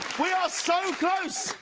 we are so close,